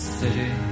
city